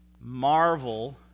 Marvel